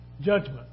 judgment